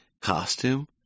costume